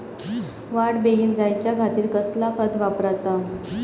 वाढ बेगीन जायच्या खातीर कसला खत वापराचा?